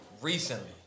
Recently